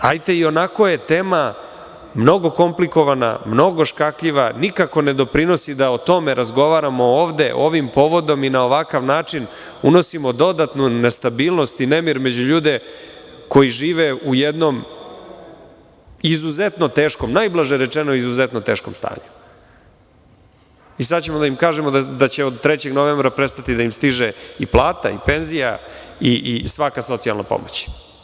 Hajde, ionako je tema mnogo komplikovana, mnogo škakljiva i nikako ne doprinosi da o tome razgovaramo ovde ovim povodom i na ovakav način unosimo dodatnu nestabilnost i nemir među ljude koji žive u jednom izuzetno teškom stanju i sada ćemo da im kažemo da će od 3. novembra prestati da im stižu i plate i penzije i svaka socijalna pomoć.